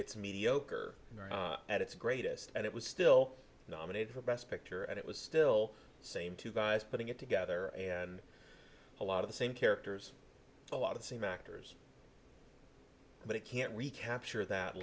it's mediocre at its greatest and it was still nominated for best picture and it was still same two guys putting it together and a lot of the same characters a lot of the same actors but it can't recapture that